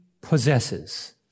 possesses